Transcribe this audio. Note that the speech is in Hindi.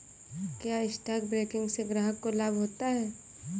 क्या स्टॉक ब्रोकिंग से ग्राहक को लाभ होता है?